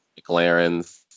McLarens